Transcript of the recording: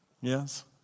Yes